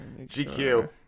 GQ